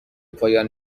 پایان